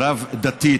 רב-דתית,